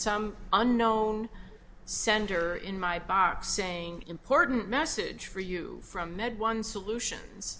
some unknown sender in my box saying important message for you from med one solutions